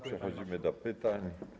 Przechodzimy do pytań.